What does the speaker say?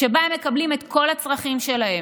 שבה הם מקבלים את כל הצרכים שלהם.